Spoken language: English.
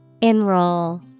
Enroll